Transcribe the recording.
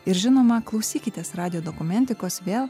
ir žinoma klausykitės radijo dokumentikos vėl